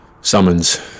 summons